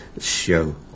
show